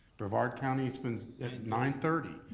brevard county opens at nine thirty.